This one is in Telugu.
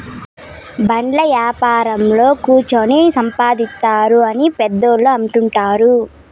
బాండ్ల యాపారంలో కుచ్చోని సంపాదిత్తారు అని పెద్దోళ్ళు అంటుంటారు